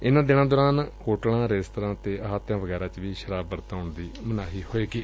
ਇਨੂਾ ਦਿਨਾਂ ਦੌਰਾਨ ਹੋਟਲਾਂ ਰੇਸਤਰਾਂ ਅਤੇ ਅਹਾਤਿਆਂ ਵਗੈਰਾ ਚ ਵੀ ਸ਼ਰਾਬ ਵਰਤਾਉਣ ਦੀ ਮਨਾਹੀ ਹੋਵੇਗੀ